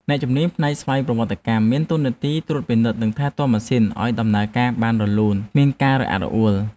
អ្នកជំនាញផ្នែកស្វ័យប្រវត្តិកម្មមានតួនាទីត្រួតពិនិត្យ និងថែទាំម៉ាស៊ីនឱ្យដំណើរការបានរលូនគ្មានការរអាក់រអួល។